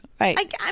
Right